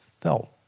felt